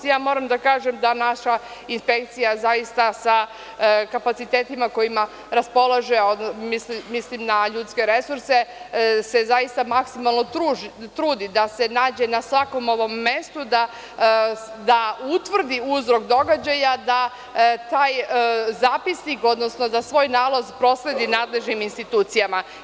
Ja moram da kažem da naša inspekcija zaista sa kapacitetima kojima raspolaže, mislim na ljudske resurse, se zaista maksimalno trudi da se nađe na svakom ovom mestu, da utvrdi uzrok događaja, da taj zapisnik, odnosno da svoj nalaz prosledi nadležnim institucijama.